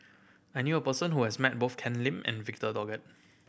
I knew a person who has met both Ken Lim and Victor Doggett